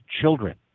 children